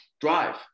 drive